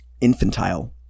infantile